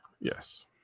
Yes